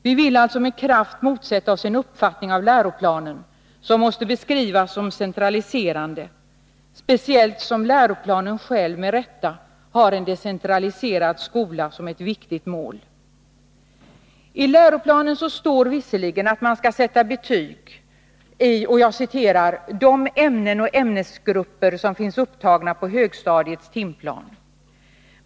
Vi vill alltså med kraft motsätta oss en uppfattning av läroplanen som måste beskrivas som centraliserande, speciellt som läroplanen själv med rätta har en decentraliserad skola som ett viktigt mål. I läroplanen står det visserligen att man skall sätta betyg i ”de ämnen och ämnesgrupper som finns upptagna på högstadiets timplan”.